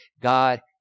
God